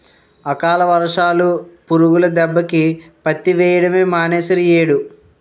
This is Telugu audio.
అకాల వర్షాలు, పురుగుల దెబ్బకి పత్తి వెయ్యడమే మానీసేరియ్యేడు